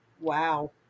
Wow